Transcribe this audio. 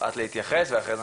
לזה דיון שלם בכנסת.